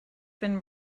been